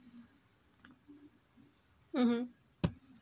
mmhmm